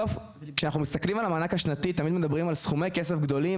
כשאנחנו מסתכלים על המענק השנתי תמיד מדברים על סכומי כסף גדולים,